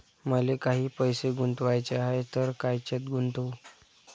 मले काही पैसे गुंतवाचे हाय तर कायच्यात गुंतवू?